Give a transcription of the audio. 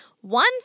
One